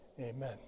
amen